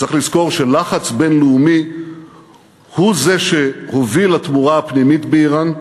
צריך לזכור שלחץ בין-לאומי הוא זה שהוביל לתמורה הפנימית באיראן,